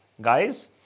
guys